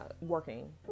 Working